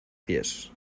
pies